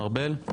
ארבל?